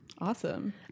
Awesome